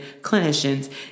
clinicians